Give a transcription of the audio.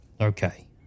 Okay